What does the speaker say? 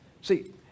See